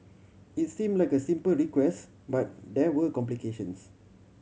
it's seem like a simple request but there were complications